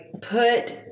put